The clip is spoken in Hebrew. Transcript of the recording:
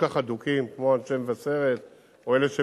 כך אדוקים כמו אנשי מבשרת או אלה שפנו,